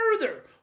further